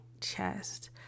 chest